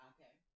Okay